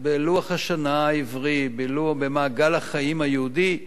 בלוח השנה העברי, במעגל החיים היהודי,